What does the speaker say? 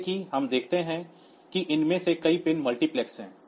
जैसा कि हम देखते हैं कि इनमें से कई पिन मल्टीप्लेक्स हैं